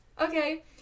okay